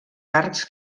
arcs